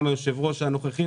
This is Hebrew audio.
גם היושב-ראש הנוכחי,